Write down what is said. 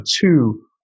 two